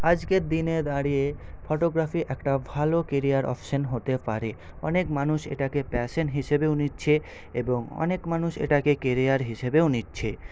আজকের দিনে দাঁড়িয়ে ফটোগ্রাফি একটা ভালো কেরিয়ার অপশন হতে পারে অনেক মানুষ এটাকে প্যাশন হিসেবেও নিচ্ছে এবং অনেক মানুষ এটাকে কেরিয়ার হিসেবেও নিচ্ছে